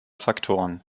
faktoren